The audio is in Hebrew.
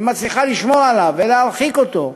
ומצליחה לשמור עליו, ולהרחיק אותו,